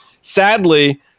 sadly